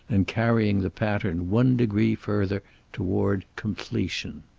and carrying the pattern one degree further toward completion.